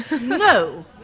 No